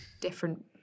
different